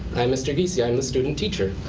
i'm mr. vecey, i'm a student teacher.